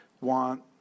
want